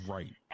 Right